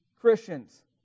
Christians